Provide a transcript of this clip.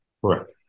Correct